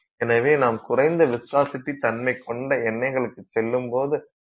எனவே நாம் குறைந்த விஸ்காசிட்டி தன்மைக்கொண்ட எண்ணெய்களுக்குச் செல்லும் போது அதற்கான தீர்வுகளும் உள்ளன